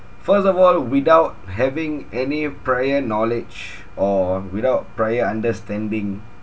first of all without having any prior knowledge or without prior understanding